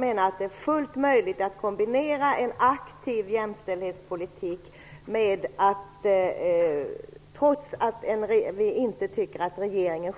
Det är fullt möjligt att kombinera en aktiv jämställdhetspolitik med att inte låta regeringen